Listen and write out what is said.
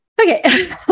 Okay